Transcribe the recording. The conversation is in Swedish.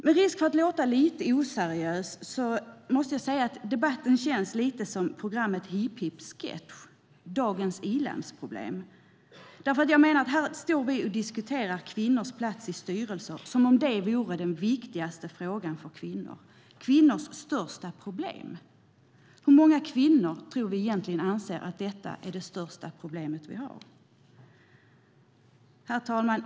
Med risk för att låta lite oseriös måste jag säga att debatten känns lite som programmet Hipphipps sketch Dagens i-landsproblem . Här står vi och diskuterar kvinnors plats i styrelser som om det vore den viktigaste frågan för kvinnor och kvinnors största problem. Hur många kvinnor tror ni egentligen anser att detta är det största problem vi har? Herr talman!